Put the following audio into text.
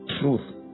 truth